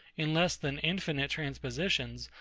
in less than infinite transpositions,